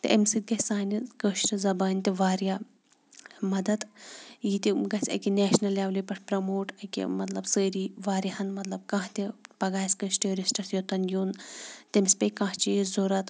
تہٕ اَمہِ سۭتۍ گژھِ سانہِ کٲشرِ زبانہِ تہِ واریاہ مَدَد یہِ تہِ گژھِ اَکہِ نیشنَل لٮ۪ولہِ پٮ۪ٹھ پرٛموٹ أکیٛاہ مطلب سٲری واریاہَن مطلب کانٛہہ تہِ پگاہ آسہِ کٲنٛسہِ ٹوٗرِسٹَس یوٚتَن یُن تٔمِس پیٚیہِ کانٛہہ چیٖز ضوٚرَتھ